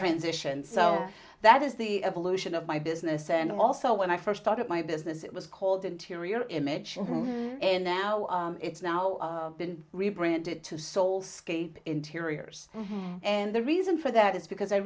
transition so that is the evolution of my business and also when i first started my business it was called interior image and now it's now been rebranded to soul scape interiors and the reason for that is because i